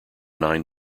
nine